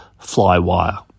Flywire